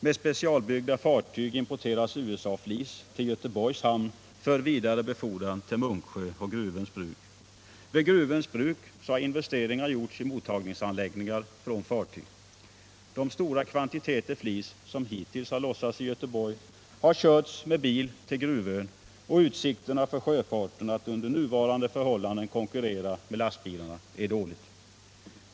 Med specialbyggda fartyg importeras USA-flis till Göteborgs hamn för vidare befordran till Munksjö och Gruvöns Bruk. Vid Gruvöns Bruk har investeringar gjorts i mottagningsanläggningar från fartyg. De stora kvantiteter flis som hittills har lossats i Göteborg har körts med bil till Gruvön och utsikterna för sjöfarten att under nuvarande förhållanden konkurrera med lastbilar är dåliga.